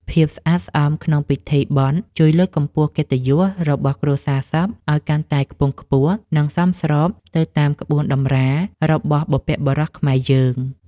ភាពស្អាតស្អំក្នុងពិធីបុណ្យជួយលើកកម្ពស់កិត្តិយសរបស់គ្រួសារសពឱ្យកាន់តែខ្ពង់ខ្ពស់ និងសមស្របទៅតាមក្បួនតម្រារបស់បុព្វបុរសខ្មែរយើង។